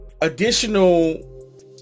additional